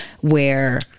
where-